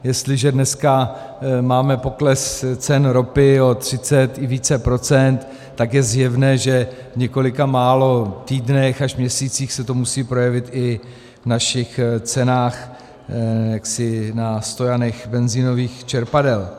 Jestliže dneska máme pokles cen ropy o 30 i více procent, tak je zjevné, že v několika málo týdnech až měsících se to musí projevit i v našich cenách na stojanech benzinových čerpadel.